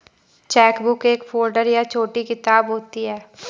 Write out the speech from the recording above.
chequebook एक folder या छोटी किताब होती है